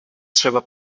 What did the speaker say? trzeba